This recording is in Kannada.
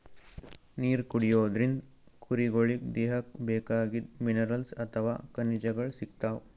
ನೀರ್ ಕುಡಿಯೋದ್ರಿಂದ್ ಕುರಿಗೊಳಿಗ್ ದೇಹಕ್ಕ್ ಬೇಕಾಗಿದ್ದ್ ಮಿನರಲ್ಸ್ ಅಥವಾ ಖನಿಜಗಳ್ ಸಿಗ್ತವ್